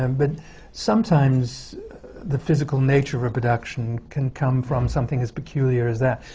um but sometimes the physical nature of a production can come from something as peculiar as that.